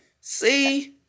see